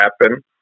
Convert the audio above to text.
happen